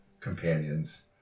companions